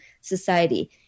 society